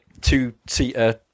two-seater